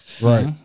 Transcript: Right